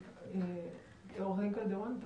עורך הדין קלדרון,